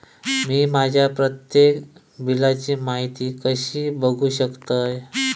मी माझ्या प्रत्येक बिलची माहिती कशी बघू शकतय?